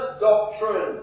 doctrine